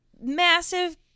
massive